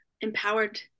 empowered